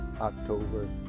October